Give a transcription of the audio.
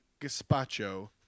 gazpacho